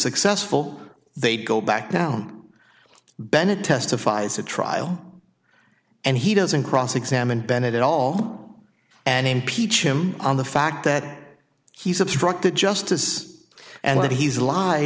successful they'd go back down bennett testifies to trial and he doesn't cross examine bennett at all and impeach him on the fact that he's obstructed justice and that he's li